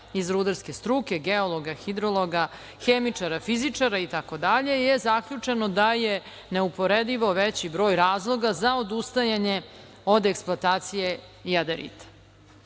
iz rudarske struke, geologa, hidrologa, hemičara, fizičara, itd, je zaključeno da je neuporedivo veći broj razloga za odustajanje od eksploatacije jadarita.